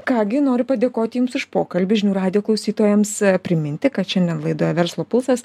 ką gi noriu padėkoti jums už pokalbį žinių radijo klausytojams priminti kad šiandien laidoje verslo pulsas